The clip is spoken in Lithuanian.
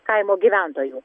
kaimo gyventojų